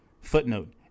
Footnote